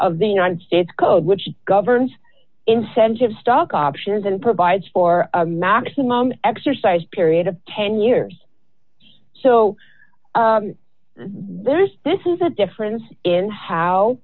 of the united states code which governs incentive stock options and provides for a maximum exercised period of ten years so there's this is a difference in how